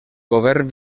govern